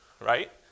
right